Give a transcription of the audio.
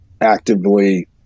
actively